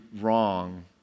wrong